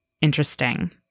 interesting